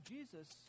Jesus